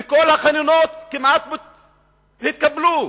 וכל החנינות כמעט התקבלו.